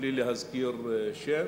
בלי להזכיר שם.